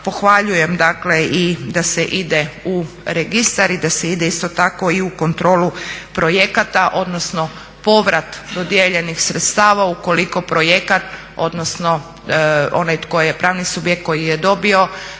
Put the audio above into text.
pohvaljujem dakle i da se ide u registar i da se ide isto tako i u kontrolu projekata odnosno povrat dodijeljenih sredstava ukoliko projekat odnosno onaj tko je pravni subjekt koji je dobio